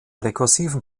rekursiven